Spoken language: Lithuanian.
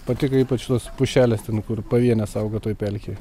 patiko ypač tos pušelės ten kur pavienės auga toj pelkėje